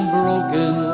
broken